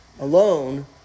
alone